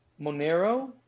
Monero